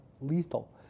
lethal